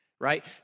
right